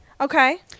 Okay